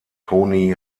toni